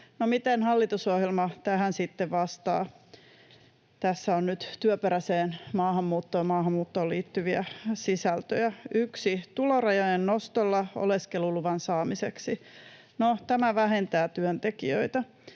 miten hallitusohjelma tähän sitten vastaa? Tässä on nyt työperäiseen maahanmuuttoon liittyviä sisältöjä: 1. Tulorajojen nostolla oleskeluluvan saamiseksi. — No, tämä vähentää työntekijöitä.